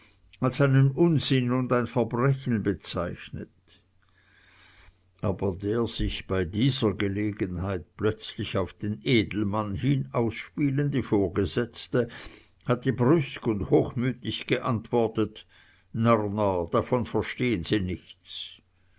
als einen unsinn und ein verbrechen bezeichnet aber der sich bei dieser gelegenheit plötzlich auf den edelmann hin ausspielende vorgesetzte hatte brüsk und hochmütig geantwortet nörner davon verstehen sie nichts